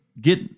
get